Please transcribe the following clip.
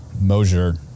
Mosier